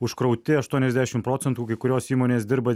užkrauti aštuoniasdešim procentų kai kurios įmonės dirba